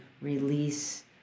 release